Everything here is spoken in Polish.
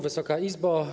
Wysoka Izbo!